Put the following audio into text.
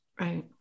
right